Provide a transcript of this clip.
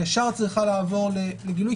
ישר צריכה לעבור לגילוי,